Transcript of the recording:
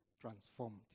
transformed